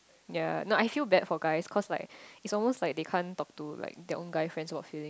ya no I feel bad for guys cause like it's almost like they can't talk to like their own guy friends for feeling